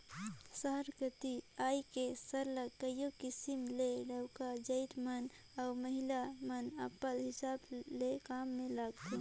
सहर कती आए के सरलग कइयो किसिम ले डउका जाएत मन अउ महिला मन अपल हिसाब ले काम में लगथें